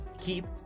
keep